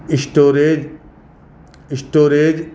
storage storage